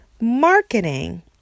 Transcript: marketing